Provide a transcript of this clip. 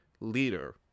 leader